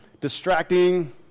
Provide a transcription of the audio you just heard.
distracting